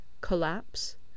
Collapse